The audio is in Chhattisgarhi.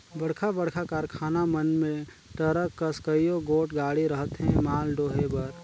बड़खा बड़खा कारखाना मन में टरक कस कइयो गोट गाड़ी रहथें माल डोहे बर